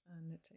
knitting